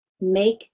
make